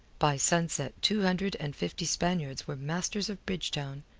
by sunset two hundred and fifty spaniards were masters of bridgetown,